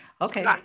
Okay